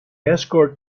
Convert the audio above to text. escort